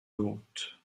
haute